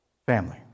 family